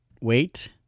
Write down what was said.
Wait